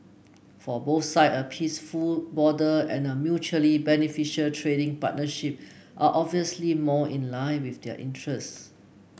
for both side a peaceful border and a mutually beneficial trading partnership are obviously more in line with their interests